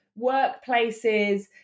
workplaces